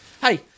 hey